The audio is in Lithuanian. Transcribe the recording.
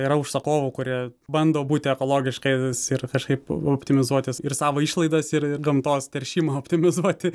yra užsakovų kurie bando būti ekologiškais ir kažkaip optimizuotis ir savo išlaidas ir ir gamtos teršimą optimizuoti